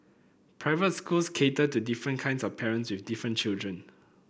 private schools cater to different kinds of parents with different children